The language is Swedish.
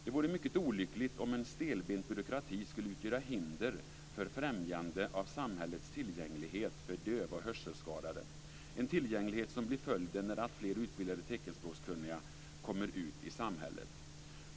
Det vore mycket olyckligt om en stelbent byråkrati skulle ställa upp hinder för främjandet av samhällets tillgänglighet för döva och hörselskadade, en tillgänglighet som blir följden när alltfler teckenspråkskunniga kommer ut i samhället.